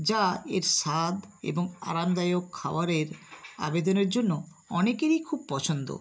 যা এর স্বাদ এবং আরামদায়ক খাওয়ারের আবেদনের জন্য অনেকেরই খুব পছন্দ